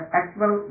actual